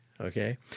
okay